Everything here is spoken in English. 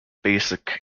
basic